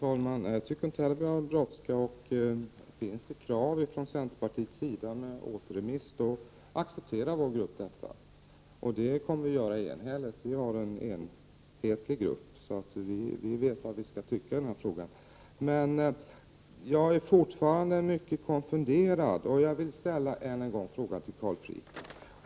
Herr talman! Jag anser inte heller att vi har någon brådska. Finns det krav från centerpartiet om en återremiss, då accepterar vår partigrupp detta. Det kommer vi att göra enhälligt. Vi är en enhetlig grupp, och vi vet vad vi skall tycka i den här frågan. Jag är fortfarande mycket konfunderad över Carl Fricks inlägg, och jag vill än en gång ställa min fråga.